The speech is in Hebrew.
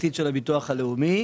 הביטוח הלאומי.